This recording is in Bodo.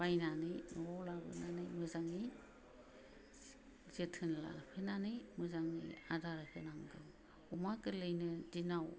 बायनानै न'आव लाबोनानै मोजाङै जोथोन लाहोनानै मोजाङै आदार होनांगौ अमा गोरलैनो दिनाव